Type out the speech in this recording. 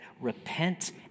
repent